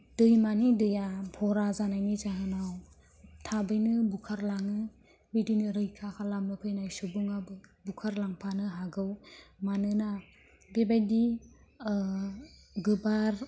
दैमानि दैया भरा जानायनि जाहोनाव थाबैनो बुखार लाङो बिदिनो रैखा खालामनो फैनाय सुबुङाबो बुखार लांफानो हागौ मानोना बेबायदि गोबार